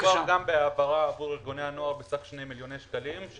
מדובר גם בהעברה עבור ארגוני הנוער בסך 2 מיליוני שקלים,